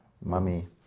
mummy